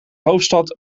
hoofdstad